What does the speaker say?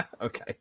Okay